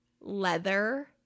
leather